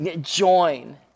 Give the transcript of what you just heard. Join